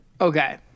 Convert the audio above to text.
Okay